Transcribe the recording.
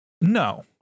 No